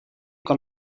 kan